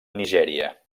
nigèria